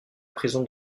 prison